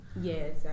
Yes